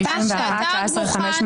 בטח אמרת --- אלעזר, יש פה שלושה.